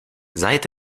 seit